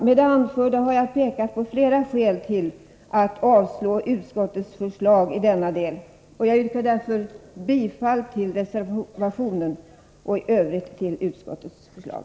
Med det anförda har jag pekat på flera skäl till att avslå utskottets förslag i denna del, och jag yrkar därför bifall till reservationen och i övrigt till utskottets förslag.